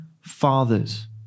fathers